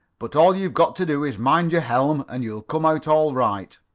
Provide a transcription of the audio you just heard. but all you've got to do is mind your helm and you'll come out all right.